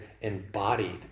embodied